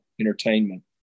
Entertainment